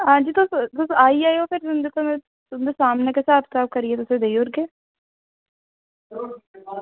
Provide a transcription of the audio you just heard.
आं जी तुस आई जायो फिर तुंदे सामनै गै स्हाब कताब करियै देई ओड़ेओ